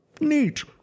Neat